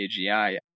AGI